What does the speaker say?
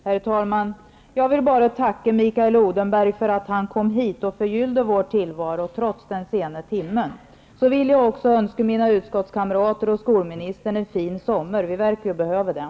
Herr talman! Jag vill bara tacka Mikael Odenberg för att han kom hit och förgyllde vår tillvaro trots den sena timmen. Jag vill också önska mina utskottskamrater och skolministern en fin sommar. Vi verkar ju behöva det.